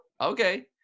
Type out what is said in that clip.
Okay